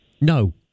No